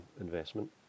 investment